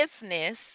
business